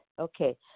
okay